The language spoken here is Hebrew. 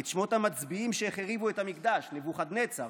את שמות המצביאים שהחריבו את המקדש: נבוכדנצר,